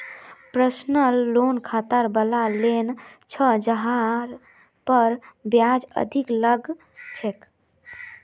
personal loan खतरा वला loan छ जहार पर ब्याज अधिक लग छेक